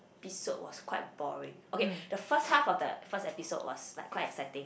episode was quite boring okay the first half of the first episode was like quite exciting